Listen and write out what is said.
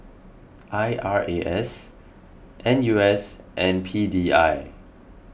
I R A S N U S and P D I